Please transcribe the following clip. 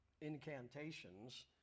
incantations